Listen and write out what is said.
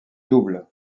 double